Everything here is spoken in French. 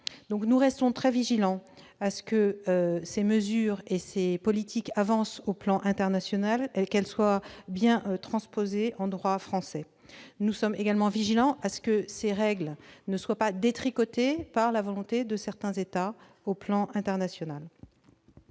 Nous restons très vigilants pour que ces mesures et ces politiques avancent sur le plan international et qu'elles soient bien transposées en droit français. Nous resterons également vigilants pour que ces règles ne soient pas détricotées par certains États au plan international.